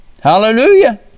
Hallelujah